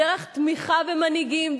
דרך תמיכה במנהיגים,